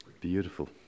Beautiful